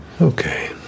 Okay